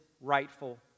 rightful